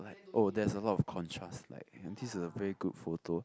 like oh there's a lot of contrast like and this is a very good photo